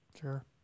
Sure